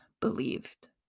believed